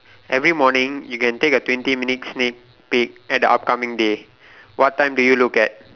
every morning you can take a twenty sneak peak at the upcoming day what time do you look at